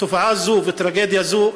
תופעה זאת וטרגדיה זאת,